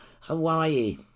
Hawaii